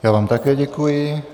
Já vám také děkuji.